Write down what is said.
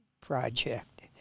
project